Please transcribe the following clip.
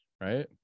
Right